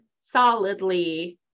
solidly